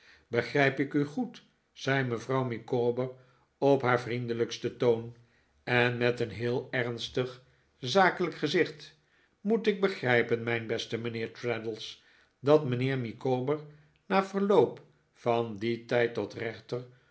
begrijp ik u goed zei mevrouw micawber op haar vriendelijksten toon en met een heel ernstig zakelijk gezicht moet ik begrijpen mijn beste mijnheer traddles dat mijnheer micawber na verloop van dien tijd tot rechter